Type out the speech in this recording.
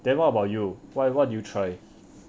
then what about you what what did you try